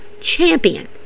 champion